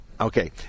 Okay